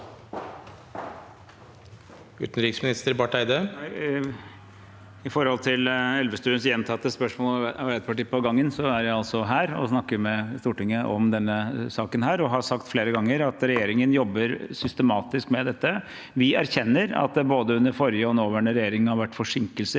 Utenriksminister Espen Barth Eide Til Elvestuens gjentatte spørsmål om Arbeiderpartiet står på gangen: Jeg er altså her og snakker med Stortinget om denne saken. Jeg har sagt flere ganger at regjeringen jobber systematisk med dette. Vi erkjenner at det under både forrige og nåværende regjering har vært forsinkelser